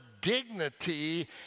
dignity